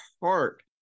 heart